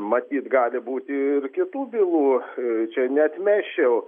matyt gali būti ir kitų bylų čia neatmesčiau